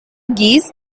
geese